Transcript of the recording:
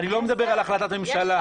אני לא מדבר על החלטת ממשלה.